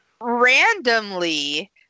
randomly